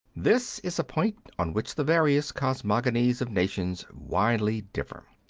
this is a point on which the various cosmogonies of nations widely differ.